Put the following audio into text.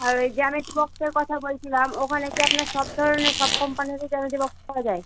আর ওই জ্যামিতি বক্সের কথা বলছিলাম ওখানে কি আপনার সব ধরনের সব কম্পানিরই জ্যামিতি বক্স পাওয়া যায়